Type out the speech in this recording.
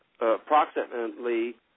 approximately